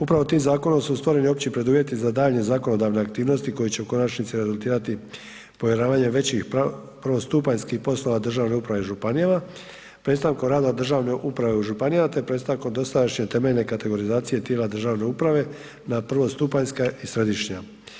Upravo tim zakonom su stvoreni opći preduvjeti za daljnje zakonodavne aktivnosti koje će u konačnici rezultirati povjeravanjem većih prvostupanjskih poslova državnoj upravi i županijama, prestankom rada državne uprave u županijama, te prestankom dosadašnje temeljne kategorizacije tijela državne uprave na prvostupanjska i središnja.